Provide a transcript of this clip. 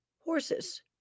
Horses